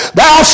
thou